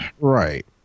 Right